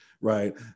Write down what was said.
Right